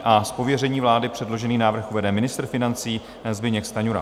Z pověření vlády předložený návrh uvede ministr financí Zbyněk Stanjura.